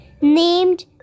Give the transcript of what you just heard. named